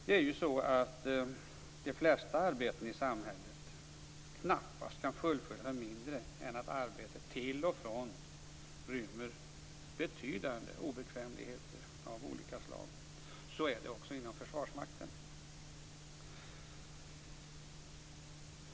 Det är ju så att de flesta arbeten i samhället knappast kan fullföljas med mindre än att arbetet till och från rymmer betydande obekvämligheter av olika slag. Så är det också inom Försvarsmakten.